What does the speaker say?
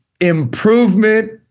improvement